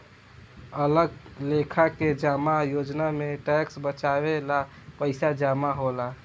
अलग लेखा के जमा योजना में टैक्स बचावे ला पईसा जमा होला